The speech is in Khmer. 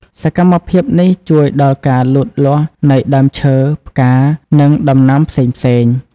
សកម្មភាពនេះជួយដល់ការលូតលាស់នៃដើមឈើ ផ្កា និងដំណាំផ្សេងៗ។